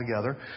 together